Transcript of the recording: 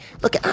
look